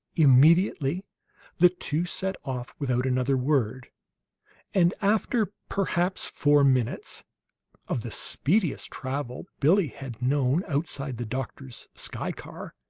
immediately the two set off without another word and after perhaps four minutes of the speediest travel billie had known outside the doctor's sky-car,